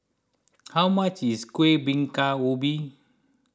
how much is Kuih Bingka Ubi